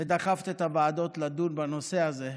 ודחפת את הוועדות לדון בנושא הזה.